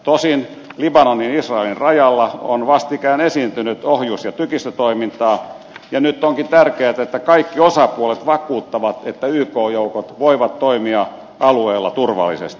tosin libanonin ja israelin rajalla on vastikään esiintynyt ohjus ja tykistötoimintaa ja nyt onkin tärkeätä että kaikki osapuolet vakuuttavat että yk joukot voivat toimia alueella turvallisesti